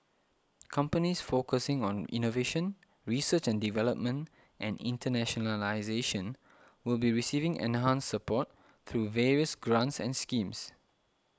companies focusing on innovation research and development and internationalisation will be receiving enhanced support through various grants and schemes